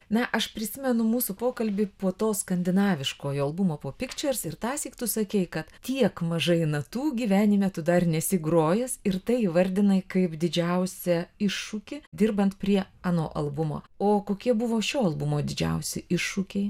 na aš prisimenu mūsų pokalbį po to skandinaviškojo albumo po pictures ir tąsyk tu sakei kad tiek mažai natų gyvenime tu dar nesi grojęs ir tai įvardinai kaip didžiausią iššūkį dirbant prie ano albumo o kokie buvo šio albumo didžiausi iššūkiai